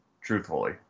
truthfully